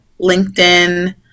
LinkedIn